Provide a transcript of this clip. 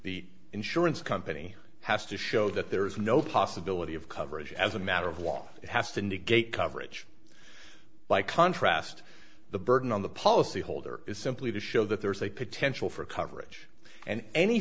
the insurance company has to show that there is no possibility of coverage as a matter of law it has to negate coverage by contrast the burden on the policy holder is simply to show that there is a potential for coverage and any